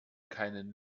keinen